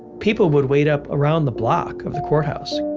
people would wait up around the block of the courthouse.